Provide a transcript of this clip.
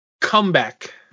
Comeback